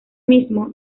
mismo